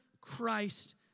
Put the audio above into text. Christ